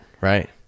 Right